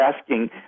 asking